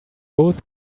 both